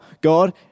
God